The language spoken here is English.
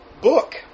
book